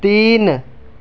تین